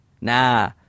Nah